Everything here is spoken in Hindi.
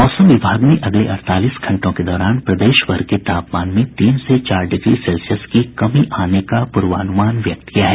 मौसम विभाग ने अगले अड़तालीस घंटों के दौरान प्रदेश भर के तापमान में तीन से चार डिग्री सेल्सियस की कमी आने का पूर्वानुमान व्यक्त किया है